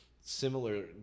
Similar